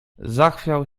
zachwiał